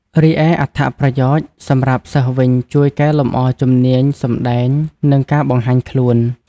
រីឯអត្ថប្រយោជន៍សម្រាប់សិស្សវិញជួយកែលម្អជំនាញសម្តែង និងការបង្ហាញខ្លួន។